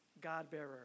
God-bearer